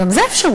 גם זה אפשרות.